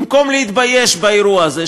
במקום להתבייש באירוע הזה,